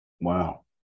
Wow